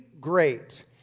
great